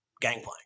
Gangplank